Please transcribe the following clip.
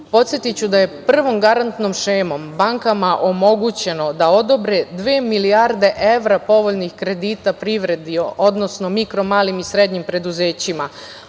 da je prvom garantnom šemom bankama omogućeno da odobre dve milijarde evra povoljnih kredita privredi, odnosno mikro, malim i srednjim preduzećima,